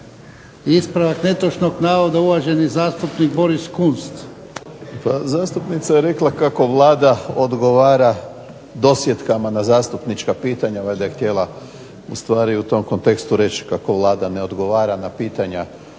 Ispravak netočnog navoda, uvaženi zastupnik Boris Kunst. **Kunst, Boris (HDZ)** Pa zastupnica je rekla kako Vlada odgovara dosjetkama na zastupnička pitanja, valjda je htjela ustvari u tom kontekstu reći kako Vlada ne odgovara na pitanja